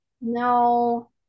No